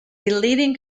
leading